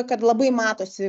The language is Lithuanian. kad labai matosi